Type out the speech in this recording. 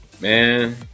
man